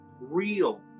real